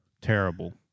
Terrible